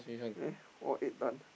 eh all eight done